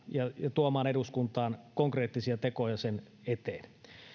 tuomaan eduskuntaan konkreettisia tekoja sen eteen